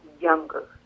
younger